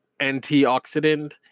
antioxidant